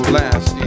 last